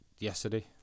yesterday